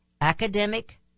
Academic